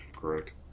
Correct